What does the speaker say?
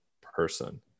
person